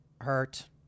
hurt